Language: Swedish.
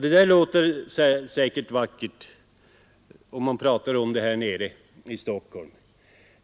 Det låter säkert vackert när man pratar om det här nere i Stockholm.